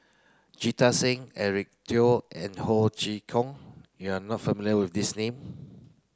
Jita Singh Eric and Ho Chee Kong you are not familiar with these name